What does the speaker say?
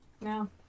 No